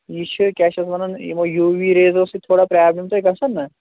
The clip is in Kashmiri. یہِ چھِ کیٛاہ چھِ اَتھ وَنَان یِمو یوٗ وی ریزو سۭتۍ تھوڑا پرابلِم تۄہہِ گژھان نا